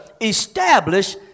establish